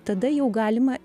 tada jau galima